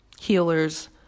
healers